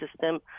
system